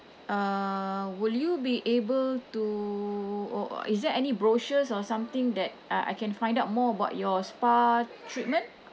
uh will you be able to or is there any brochures or something that uh I can find out more about your spa treatment